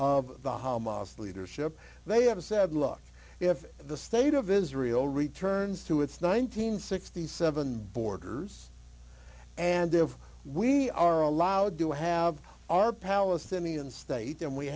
of the hamas leadership they have said look if the state of israel returns to its nine hundred and sixty seven borders and if we are allowed to have our palestinian state and we